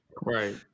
Right